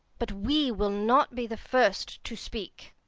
but we will not be the first to speak.